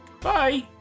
Bye